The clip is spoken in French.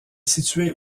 situé